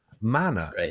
manner